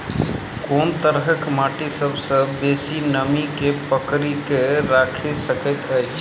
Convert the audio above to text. कोन तरहक माटि सबसँ बेसी नमी केँ पकड़ि केँ राखि सकैत अछि?